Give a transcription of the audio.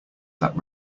that